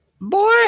Boy